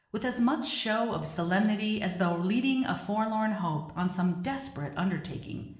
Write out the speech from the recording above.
with as much show of solemnity as though leading a forlorn hope on some desperate undertaking,